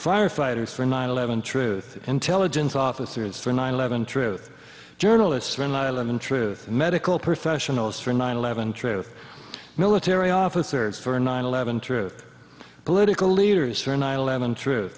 firefighters for nine eleven truth intelligence officers for nine eleven truth journalists eleven truth medical professionals for nine eleven truth military officers for nine eleven truth political leaders for nine eleven t